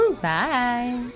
Bye